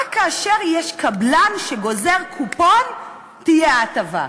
רק כאשר יש קבלן שגוזר קופון תהיה ההטבה.